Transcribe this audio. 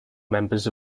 members